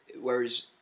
whereas